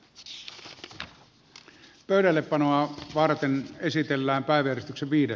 kissa pöydälle panoa varten esitellään päivystyksen wide